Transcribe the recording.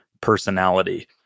personality